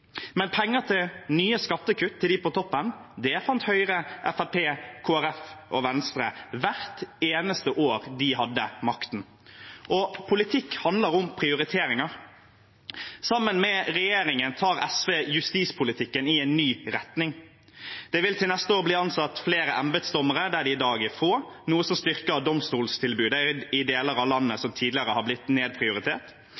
Men penger til nye skattekutt til dem på toppen, det fant Høyre, Fremskrittspartiet, Kristelig Folkeparti og Venstre hvert eneste år de hadde makten. Politikk handler om prioriteringer. Sammen med regjeringen tar SV justispolitikken i en ny retning. Det vil til neste år bli ansatt flere embetsdommere der det i dag er få, noe som styrker domstolstilbudet i deler av landet